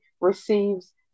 receives